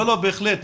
בהחלט.